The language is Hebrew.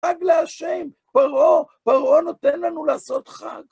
חג להשם, פרעה, פרעה נותן לנו לעשות חג.